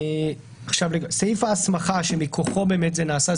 סעיף ההסמכה שמכוחו זה נעשה,